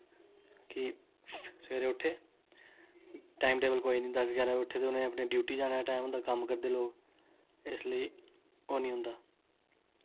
सवेरे उट्ठे time table कोई निं दस ग्यारां बजे उट्ठे ते उ'नें अपनी ड्यूटी जाने दा टाइम होंदा कम्म करदे लोक इस लेई ओह् नेईं होंदा